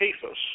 Cephas